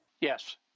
Yes